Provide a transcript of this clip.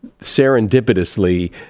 serendipitously